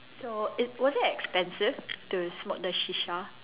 so it was it expensive to smoke the shisha